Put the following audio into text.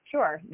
Sure